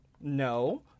No